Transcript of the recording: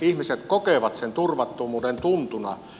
ihmiset kokevat sen turvattomuuden tuntuna